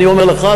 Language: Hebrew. אני אומר לך,